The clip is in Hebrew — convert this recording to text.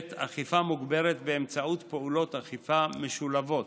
אכיפה מוגברת באמצעות פעולות אכיפה משולבות